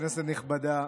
כנסת נכבדה,